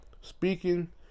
Speaking